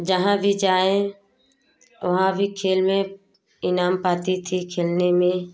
जहाँ भी जाए वहाँ भी खेल में इनाम पाती थी खेलने में